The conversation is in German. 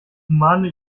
humane